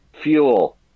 Fuel